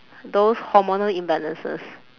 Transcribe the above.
those hormonal imbalances